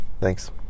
Thanks